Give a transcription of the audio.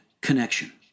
connection